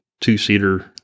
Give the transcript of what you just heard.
two-seater